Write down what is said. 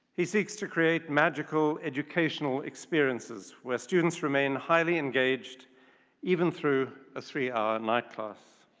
he seeks to create magical educational experiences where students remain highly engaged even through a three hour night class.